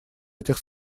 этих